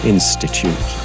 Institute